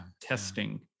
testing